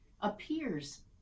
appears